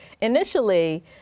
Initially